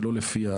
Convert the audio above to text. ולא לפי היורשים.